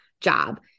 job